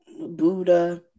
Buddha